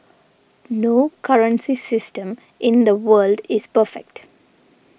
no currency system in the world is perfect